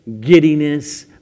giddiness